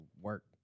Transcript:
work